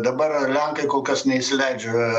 dabar ar lenkai kol kas neįsileidžia